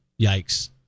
Yikes